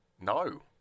no